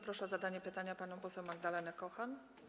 Proszę o zadanie pytania panią poseł Magdalenę Kochan.